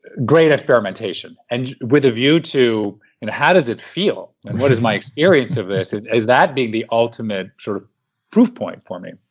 great experimentation and with a view to how does it feel? and what is my experience of this as that being the ultimate sort of proof point for me.